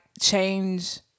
change